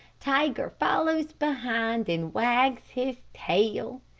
tiger follows behind and wags his tail.